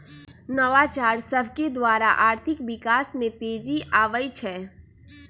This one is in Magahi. नवाचार सभकेद्वारा आर्थिक विकास में तेजी आबइ छै